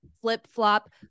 flip-flop